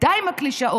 די עם הקלישאות,